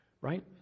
right